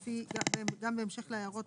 לפי, גם בהמשך להערות